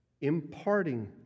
Imparting